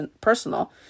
personal